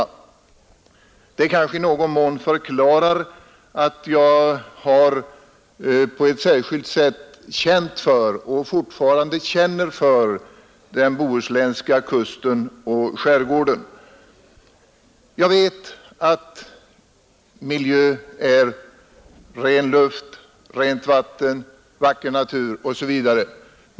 Det kanske i någon mån förklarar att jag på ett särskilt sätt känt och fortfarande känner för den bohuslänska kusten och skärgården. Jag vet att miljö är ren luft, rent vatten, vacker natur osv.